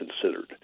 considered